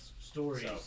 stories